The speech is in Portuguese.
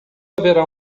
haverá